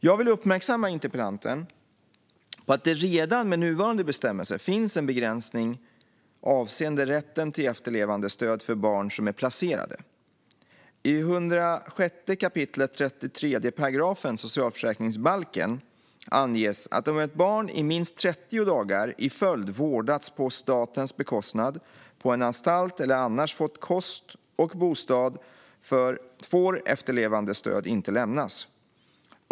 Jag vill uppmärksamma interpellanten på att det redan med nuvarande bestämmelser finns en begränsning avseende rätten till efterlevandestöd för barn som är placerade. I 106 kap. 33 § socialförsäkringsbalken anges att om ett barn i minst 30 dagar i följd vårdats på statens bekostnad på en anstalt eller annars har fått kost och bostad får efterlevandestöd inte lämnas.